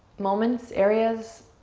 moments, areas